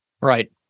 right